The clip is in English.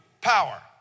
power